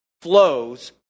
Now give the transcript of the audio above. flows